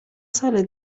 سال